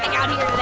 ah out here